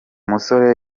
musore